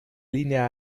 linea